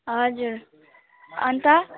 हजुर अनि त